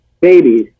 babies